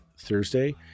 Thursday